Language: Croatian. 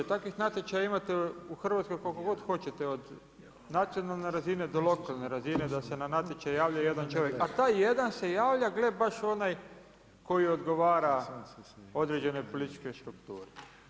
Takvih natječaja imate u Hrvatskoj koliko god hoćete od nacionalne razine do lokalne razine da se na natječaj javljaju jedan čovjek, a taj jedan se javlja gle baš onaj koji odgovara određenoj političkoj strukturi.